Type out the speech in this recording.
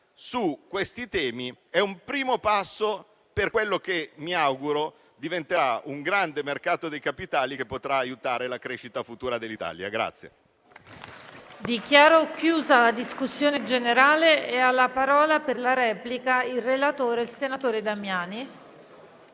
su questi temi è un primo passo per quello che mi auguro diventerà un grande mercato dei capitali, che potrà aiutare la futura crescita dell'Italia.